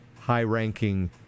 high-ranking